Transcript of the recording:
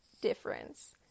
difference